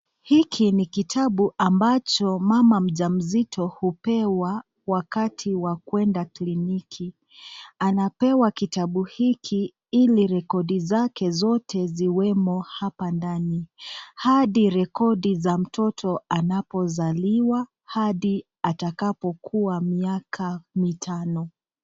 Hiki ni kitabu ambacho mama mjamzito upewa wakati wa kwenda kliniki. Anapewa kitabu hiki hili rekodi zake zote ziwemo hapa ndani. Hadi rekodi za mtoto anapozaliwa hadi atakapo kuwa miaka tano.